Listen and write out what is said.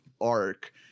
arc